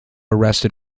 arrested